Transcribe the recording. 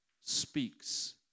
speaks